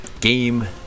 Game